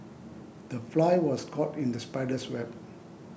the fly was caught in the spider's web